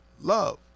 love